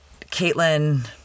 Caitlin